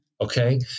Okay